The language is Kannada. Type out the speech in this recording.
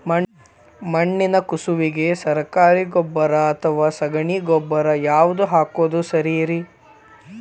ಮಣ್ಣಿನ ಕಸುವಿಗೆ ಸರಕಾರಿ ಗೊಬ್ಬರ ಅಥವಾ ಸಗಣಿ ಗೊಬ್ಬರ ಯಾವ್ದು ಹಾಕೋದು ಸರೇರಿ?